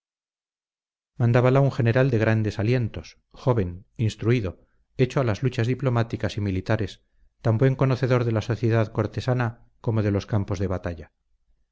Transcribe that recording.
moral mandábala un general de grandes alientos joven instruido hecho a las luchas diplomáticas y militares tan buen conocedor de la sociedad cortesana como de los campos de batalla